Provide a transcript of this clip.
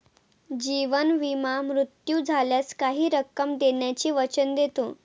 जीवन विमा मृत्यू झाल्यास काही रक्कम देण्याचे वचन देतो